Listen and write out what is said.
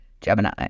Gemini